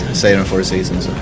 saving for the season.